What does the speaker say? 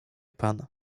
pan